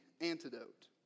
antidote